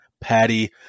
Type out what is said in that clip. Patty